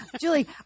Julie